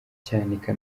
cyanika